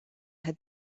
had